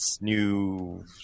new